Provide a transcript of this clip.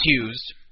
accused